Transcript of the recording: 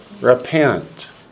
Repent